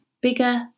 bigger